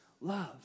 love